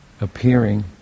appearing